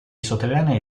sotterranei